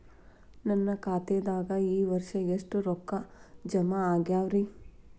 ನನ್ನ ಖಾತೆದಾಗ ಈ ವರ್ಷ ಎಷ್ಟು ರೊಕ್ಕ ಜಮಾ ಆಗ್ಯಾವರಿ?